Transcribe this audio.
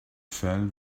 fell